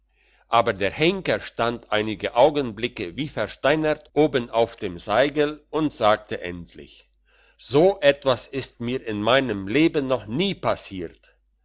aber der henker stand einige augenblicke wie versteinert oben auf dem seigel und sagte endlich so etwas ist mir in meinem leben noch nie passiert